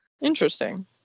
Interesting